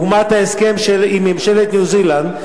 דוגמת ההסכם עם ממשלת ניו-זילנד.